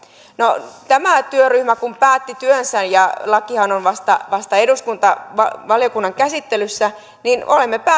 no tämä työryhmä päätti työnsä ja lakihan on vasta vasta eduskunnan valiokunnan käsittelyssä niin olemme